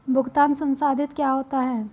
भुगतान संसाधित क्या होता है?